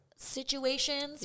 situations